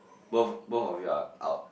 both both of you are out